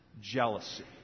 jealousy